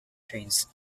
trains